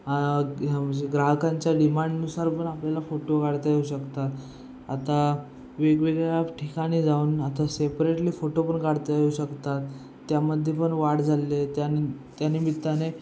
म्हणजे ग्राहकांच्या डिमांडनुसार पण आपल्याला फोटो काढता येऊ शकतात आता वेगवेगळ्या ठिकाणी जाऊन आता सेपरेटली फोटो पण काढता येऊ शकतात त्यामध्ये पण वाढ झाले त्यानिमित्ताने